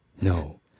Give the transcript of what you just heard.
no